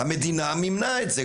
המדינה מימנה את זה,